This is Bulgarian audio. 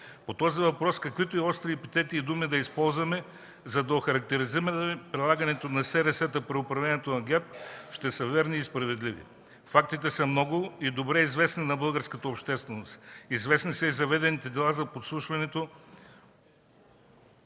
По този въпрос каквито и остри епитети, думи да използваме, за да охарактеризираме прилагането на СРС-та при управлението на ГЕРБ, ще са верни и справедливи. Фактите са много и добре известни на българската общественост. Известни са и заведените дела за подслушването